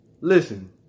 listen